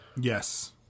Yes